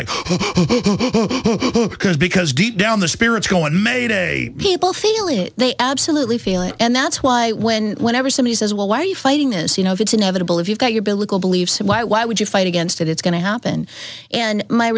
like because because deep down their spirits going made a people feel it they absolutely feel it and that's why when whenever somebody says well why are you fighting this you know it's inevitable if you've got your biblical beliefs why why would you fight against it it's going to happen and my